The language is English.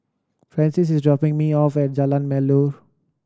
francis is dropping me off at Jalan Melor